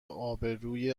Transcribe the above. ابروی